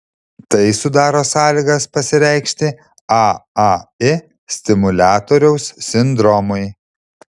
tai sudaro sąlygas pasireikšti aai stimuliatoriaus sindromui